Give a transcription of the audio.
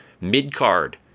mid-card